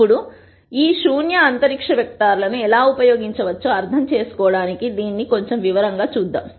ఇప్పుడు ఈ శూన్య అంతరిక్ష వెక్టర్ లను ఎలా ఉపయోగించవచ్చో అర్థం చేసుకోవడానికి దీనిని కొంచెం వివరంగా చూద్దాం